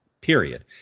period